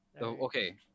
Okay